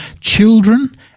Children